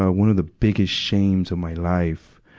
ah one of the biggest shames of my life.